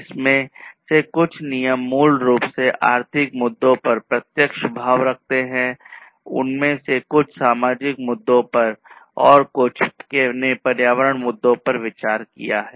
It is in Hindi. इनमें से कुछ नियम मूल रूप से आर्थिक मुद्दों पर प्रत्यक्ष प्रभाव रखते हैं उनमें से कुछ ने सामाजिक मुद्दों पर और कुछ ने पर्यावरण मुद्दे पर विचार किया है